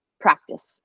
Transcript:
practice